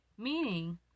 Meaning